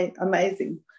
amazing